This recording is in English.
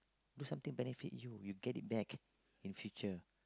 do something benefit you you get it back in future